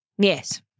Yes